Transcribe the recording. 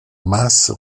mas